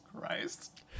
Christ